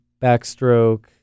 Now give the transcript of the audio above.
backstroke